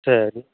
சரி